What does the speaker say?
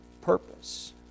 purpose